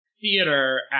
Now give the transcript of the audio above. theater